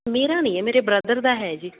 ਮੇਰਾ ਨਹੀਂ ਹੈ ਮੇਰੇ ਬ੍ਰਦਰ ਦਾ ਹੈ ਜੀ